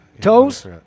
toes